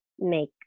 make